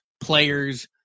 players